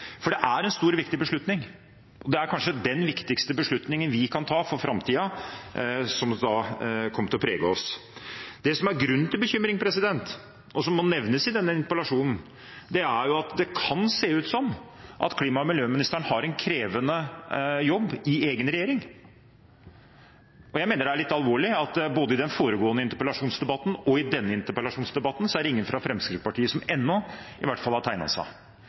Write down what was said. Det er en stor og viktig beslutning. Det er kanskje den viktigste beslutningen vi kan ta for framtiden, som kommer til å prege oss. Det som er grunn til bekymring, og som må nevnes i denne interpellasjonen, er at det kan se ut som klima- og miljøministeren har en krevende jobb i egen regjering. Jeg mener det er litt alvorlig at i både den foregående interpellasjonsdebatten og denne interpellasjonsdebatten så er det ingen fra Fremskrittspartiet som – ennå, i hvert fall – har tegnet seg.